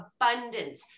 abundance